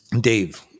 Dave